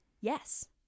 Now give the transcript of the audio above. yes